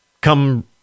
come